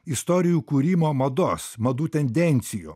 istorijų kūrimo mados madų tendencijų